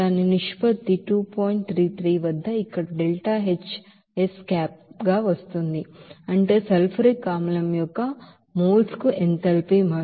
33 వద్ద ఇక్కడకు వస్తోంది అంటే సల్ఫ్యూరిక్ ಆಸಿಡ್ యొక్క మోల్ కు ఎంథాల్పీ మార్పు